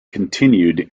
continued